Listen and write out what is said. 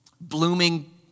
Blooming